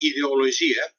ideologia